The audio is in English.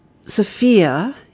Sophia